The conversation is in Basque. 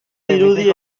dirudi